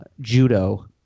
Judo